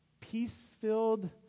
peace-filled